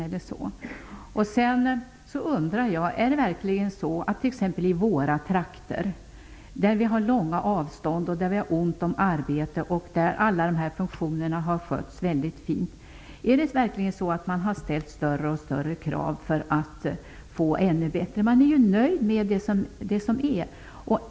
I våra trakter t.ex. har vi långa avstånd och ont om arbete, men alla dessa funktioner har skötts väldigt fint. Har man verkligen ställt större och större krav för att få det ännu bättre? Man är ju nöjd med det som är.